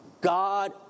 God